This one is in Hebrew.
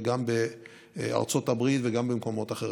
גם בארצות הברית וגם במקומות אחרים.